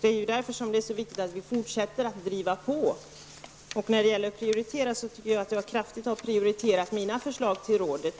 Det är därför som det är så viktigt att vi fortsätter att driva på. När det gäller frågan om att prioritera tycker jag att jag gjort en kraftig prioritering när det gäller mina förslag till rådet.